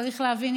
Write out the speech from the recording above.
צריך להבין,